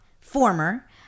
former